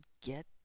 get